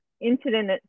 incident